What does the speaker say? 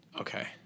Okay